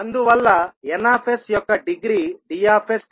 అందువల్ల N యొక్క degree D